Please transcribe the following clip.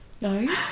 no